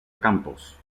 campos